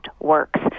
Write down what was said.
works